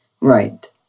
Right